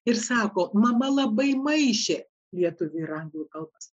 ir sako mama labai maišė lietuvių ir anglų kalbas